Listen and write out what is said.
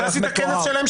אתה עשית כנס שלם,